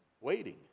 waiting